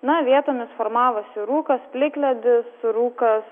na vietomis formavosi rūkas plikledis rūkas